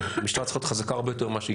המשטרה צריכה להיות חזקה הרבה יותר מאשר היא